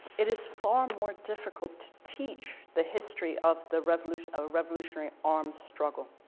it is far more difficult to teach the history of the revolution, of a revolutionary armed struggle.